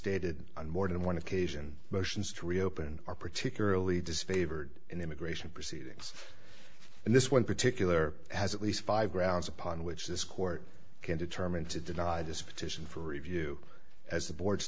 on more than one occasion motions to reopen are particularly disfavored in immigration proceedings and this one particular has at least five grounds upon which this court can determine to deny this petition for review as the board